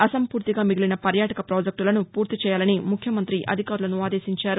అసంపూర్తిగా మిగిలిన పర్యాటక పాజెక్టులను పూర్తిచేయాలని ముఖ్యమంతి అధికారులను ఆదేశించారు